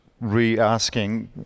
re-asking